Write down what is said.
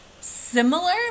similar